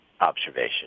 observation